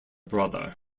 brother